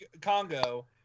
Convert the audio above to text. Congo